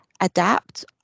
adapt